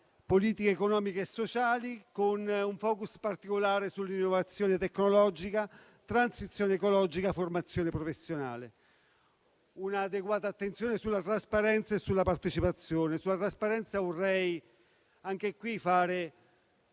politiche economiche e sociali, con un focus particolare sull'innovazione tecnologica, la transizione ecologica e la formazione professionale, e un'adeguata attenzione sulla trasparenza e sulla partecipazione. Sulla trasparenza vorrei fare qui i